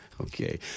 Okay